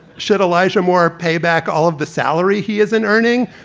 shut alija moore? pay back all of the salary he isn't earning.